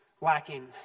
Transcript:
lacking